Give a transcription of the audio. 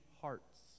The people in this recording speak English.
hearts